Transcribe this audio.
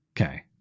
Okay